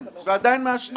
ועדיין הוא מעשן.